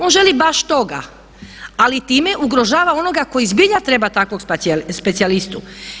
On želi baš toga ali time ugrožava onoga koji zbilja treba takvog specijalistu.